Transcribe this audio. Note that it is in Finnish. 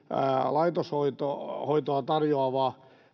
laitoshoitoa tarjoava